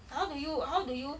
how do you how do you